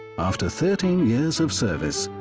after thirteen years of service,